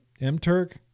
M-Turk